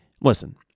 Listen